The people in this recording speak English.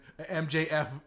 MJF